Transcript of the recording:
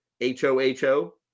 H-O-H-O